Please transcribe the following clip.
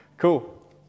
Cool